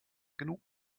genug